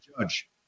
judge